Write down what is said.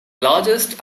largest